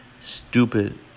stupid